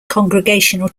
congregational